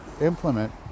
implement